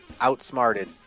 outsmarted